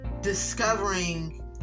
discovering